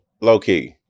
Low-Key